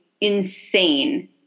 insane